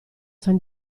san